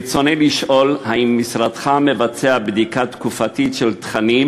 ברצוני לשאול: האם משרדך מבצע בדיקה תקופתית של תכנים